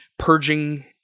purging